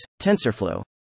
TensorFlow